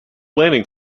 landing